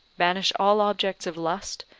banish all objects of lust,